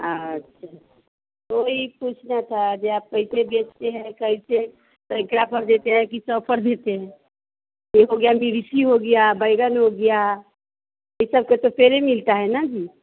अच्छा ओहि पूछना था जो आप कैसे बेचते हैं कैसे देते हैं की देते हैं वो हो गया मिर्ची हो गया बैगन हो गया ये सबके तो पेड़ ही मिलता है न जी